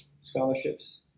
scholarships